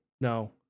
no